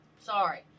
Sorry